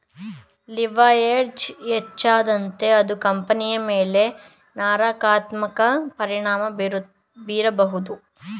leverage ಹೆಚ್ಚಾದಂತೆ ಅದು ಕಂಪನಿಯ ಮೇಲೆ ನಕಾರಾತ್ಮಕ ಪರಿಣಾಮ ಬೀರಬಹುದು